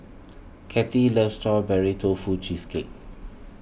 Kattie loves Strawberry Tofu Cheesecake